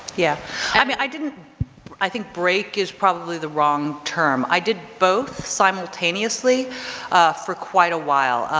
yeah i mean, i didn't i think break is probably the wrong term. i did both simultaneously for quite a while.